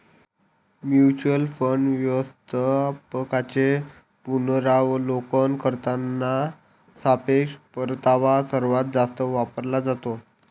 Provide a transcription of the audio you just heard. mutual fund व्यवस्थापकांचे पुनरावलोकन करताना सापेक्ष परतावा सर्वात जास्त वापरला जातो